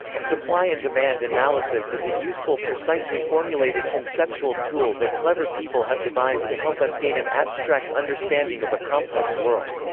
supply and demand analysis is a useful precisely formulated conceptual tool that clever people have devised to help us gain an abstract understanding of a complex world.